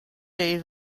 day